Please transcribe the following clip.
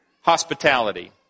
hospitality